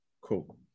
Cool